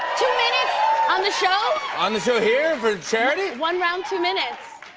two minutes on the show? on the show here for charity? one round, two minutes.